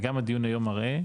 וגם הדיון היום מראה,